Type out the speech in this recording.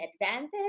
advantage